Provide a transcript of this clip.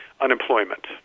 unemployment